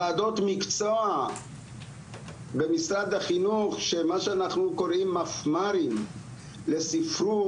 וועדות מקצוע במשרד החינוך שמה שאנחנו קוראים מפמ"רים לספרות,